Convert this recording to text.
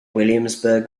williamsburg